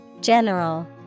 General